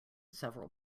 several